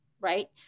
right